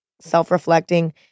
self-reflecting